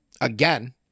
again